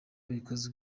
bikorwa